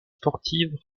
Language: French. sportives